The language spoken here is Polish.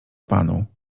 panu